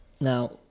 Now